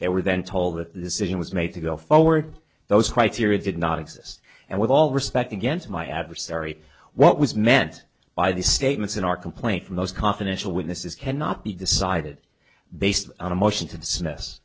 they were then told that the decision was made to go forward those criteria did not exist and with all respect against my adversary what was meant by these statements in our complaint for most confidential witnesses cannot be decided based on a motion to dismiss